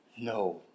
No